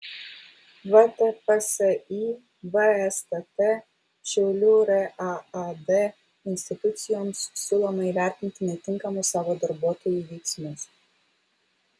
vtpsi vstt šiaulių raad institucijoms siūloma įvertinti netinkamus savo darbuotojų veiksmus